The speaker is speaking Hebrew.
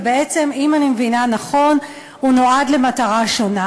ובעצם, אם אני מבינה נכון, הוא נועד למטרה שונה: